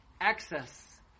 access